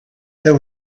there